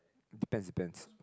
depends depends